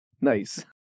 nice